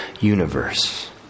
universe